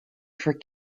for